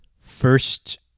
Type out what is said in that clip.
first